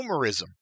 homerism